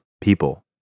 people